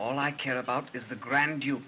all i care about is the grand you